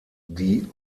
die